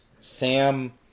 Sam